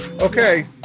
Okay